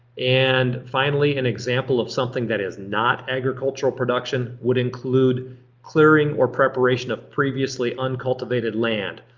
and finally, an example of something that is not agricultural production would include clearing or preparation of previously uncultivated land.